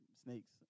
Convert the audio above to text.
Snakes